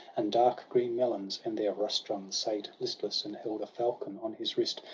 and dark green melons and there rustum sate listless, and held a falcon on his wrist,